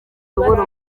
ubura